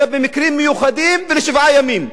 אלא במקרים מיוחדים ולשבעה ימים.